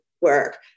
work